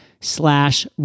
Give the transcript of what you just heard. slash